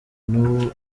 n’ubu